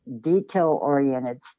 detail-oriented